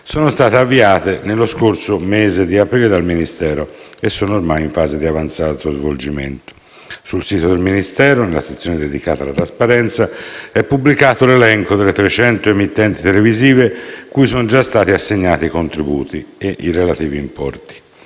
sono state avviate nello scorso mese di aprile dal Ministero e sono in fase di avanzato svolgimento. Sul sito del Ministero, nella sezione dedicata alla trasparenza, è pubblicato l'elenco delle 300 emittenti televisive cui sono già stati assegnati i contributi e i relativi importi.